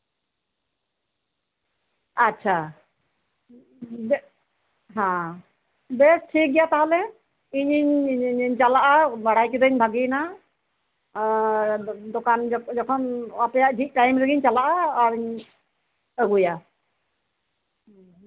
ᱟᱪᱪᱷᱟ ᱦᱮᱸ ᱵᱮᱥ ᱴᱷᱤᱠᱜᱮᱭᱟ ᱛᱟᱞᱦᱮ ᱤᱧᱤᱧ ᱵᱟᱲᱟᱭ ᱠᱮᱫᱟ ᱵᱷᱟᱜᱤᱭᱱᱟ ᱫᱚᱠᱟᱱ ᱡᱚᱠᱷᱚᱱ ᱟᱯᱮᱭᱟᱜ ᱡᱷᱤᱡ ᱴᱟᱭᱤᱢ ᱨᱮᱜᱤᱧ ᱪᱟᱞᱟᱜᱼᱟ ᱟᱨᱤᱧ ᱟᱹᱜᱩᱭᱟ